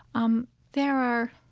um there are